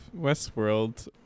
Westworld